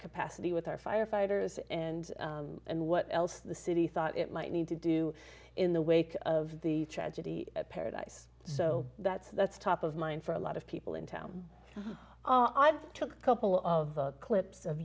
capacity with our firefighters and and what else the city thought it might need to do in the wake of the tragedy at paradise so that's that's top of mind for a lot of people in town i've took a couple of clips of